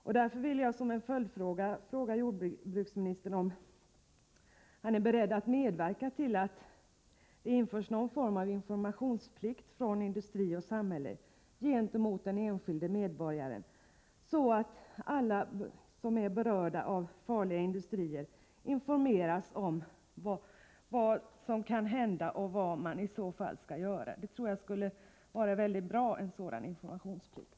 Jag vill mot denna bakgrund ställa en följdfråga till jordbruksministern: Är jordbruksministern beredd att medverka till att det införs någon form av informationsplikt för industri och samhälle gentemot den enskilde medborgaren, så att alla som är berörda av farliga industrier informeras om vad som kan hända och om vad man i så fall skall göra? Jag tror att en sådan informationsplikt skulle vara väldigt bra.